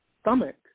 stomach